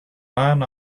man